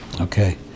okay